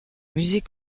musée